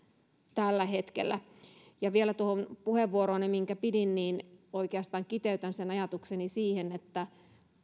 tällä hetkellä vielä tuohon puheenvuoroon minkä pidin oikeastaan kiteytän ajatukseni siihen että